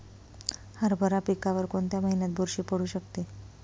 हरभरा पिकावर कोणत्या महिन्यात बुरशी पडू शकते?